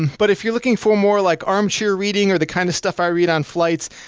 but if you're looking for more, like armchair reading or the kind of stuff i read on flights.